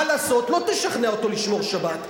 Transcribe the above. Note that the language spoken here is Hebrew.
מה לעשות, לא תשכנע אותו לשמור שבת.